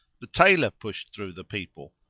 the tailor pushed through the people,